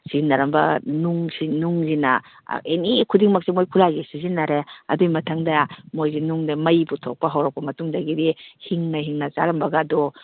ꯁꯤꯖꯤꯟꯅꯔꯝꯕ ꯅꯨꯡꯁꯤꯡ ꯅꯨꯡꯁꯤꯅ ꯑꯦꯅꯤ ꯈꯨꯗꯤꯅꯛꯁꯤ ꯃꯣꯏ ꯈꯨꯠꯂꯥꯏꯁꯤ ꯁꯤꯖꯤꯟꯅꯔꯦ ꯑꯗꯨꯒꯤ ꯃꯊꯪꯗ ꯃꯣꯏꯁꯤ ꯅꯨꯡꯗ ꯃꯩ ꯄꯨꯊꯣꯛꯄ ꯍꯧꯔꯛꯄ ꯃꯇꯨꯡ ꯗꯒꯤꯗꯤ ꯍꯤꯡꯅ ꯍꯤꯡꯅ ꯆꯔꯝꯕꯒꯥꯗꯣ